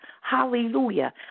Hallelujah